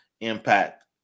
impact